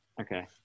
Okay